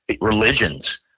religions